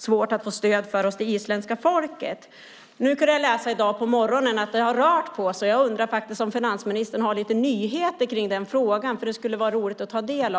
svårt att få stöd för hos det isländska folket. Nu kunde jag läsa i dag på morgonen att det har rört på sig. Jag undrar om finansministern har några nyheter i den frågan. Det skulle vara roligt att ta del av sådana.